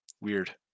Weird